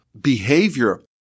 behavior